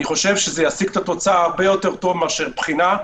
אני חושב שזה ישיג את התוצאה הרבה יותר טוב מאשר בחינה,